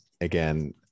again